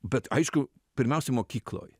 bet aišku pirmiausia mokykloj